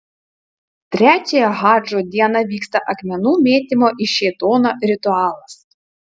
trečiąją hadžo dieną vyksta akmenų mėtymo į šėtoną ritualas